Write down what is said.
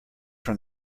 from